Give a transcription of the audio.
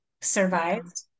survived